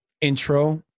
intro